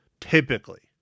typically